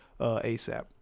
ASAP